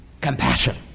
Compassion